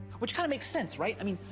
which kind of makes sense, right? i mean,